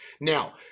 Now